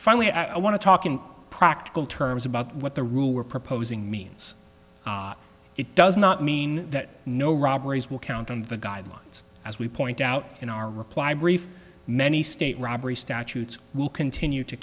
finally i want to talk in practical terms about what the rule we're proposing means it does not mean that no robberies will count on the guidelines as we point out in our reply brief many state robbery statutes will continue to